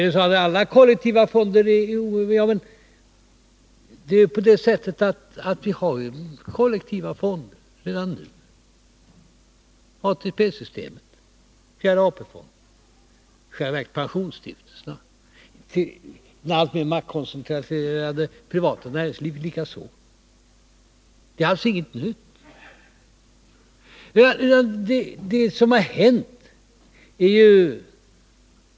Om man är oroad av alla kollektiva fonder vill jag säga att det redan nu finns sådana. Jag tänker på ATP-systemet, pensionsstiftelserna och det alltmer maktkoncentrerade privata näringslivet. Det är alltså inte fråga om något nytt.